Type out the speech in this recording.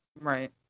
Right